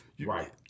Right